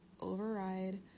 override